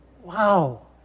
Wow